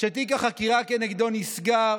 שתיק החקירה כנגדו נסגר,